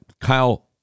Kyle